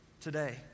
today